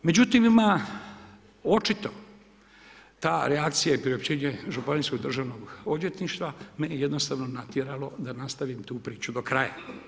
Međutim, ima očito ta reakcija i priopćenje Županijsko državno odvjetništvo me jednostavno natjerano da nastavim tu priču do kraja.